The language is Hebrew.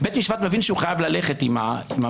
בית המשפט מבין שהוא חייב ללכת עם המחוקק,